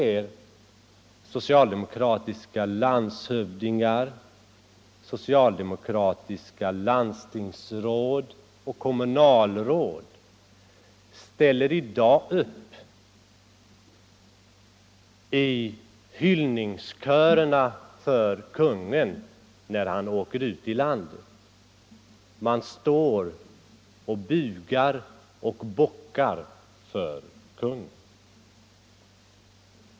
Jo, socialdemokratiska landshövdingar, socialdemokratiska landstingsråd och socialdemokratiska kommunalråd ställer i dag upp i hyllningskörerna för kungen när han åker ut i landet. Man står och bugar och bockar för kungen.